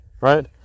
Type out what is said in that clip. right